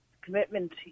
commitment